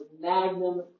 magnum